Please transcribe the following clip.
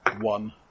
One